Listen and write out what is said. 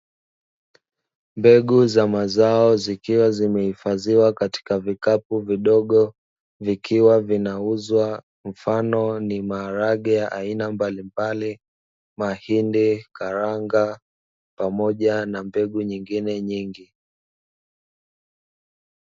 Mbegu za mazao zikiwa zimehifadhiwa katika vikapu vidogo vikiwa vinauzwa mfano ni: maharage aina mbalimbali, mahindi, karanga pamoja na mbegu nyingine nyingi.